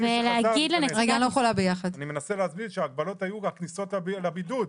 אני מנסה להסביר שהיו הגבלות וכניסות לבידוד.